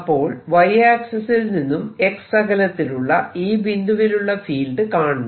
അപ്പോൾ Y ആക്സിസിൽ നിന്നും x അകലത്തിലുള്ള ഈ ബിന്ദുവിലുള്ള ഫീൽഡ് കാണണം